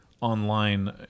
online